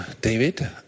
David